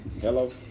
Hello